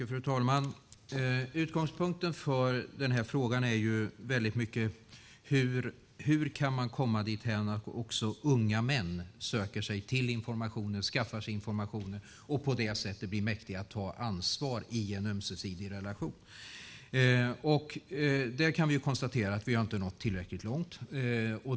Fru talman! Utgångspunkten för frågan är väldigt mycket hur man kan komma dithän att också unga män söker sig till information, skaffar sig information och på det sättet blir mäktiga att ta ansvar i en ömsesidig relation. Där kan vi konstatera att vi inte har nått tillräckligt långt.